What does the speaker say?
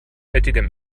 fettigem